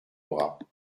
bras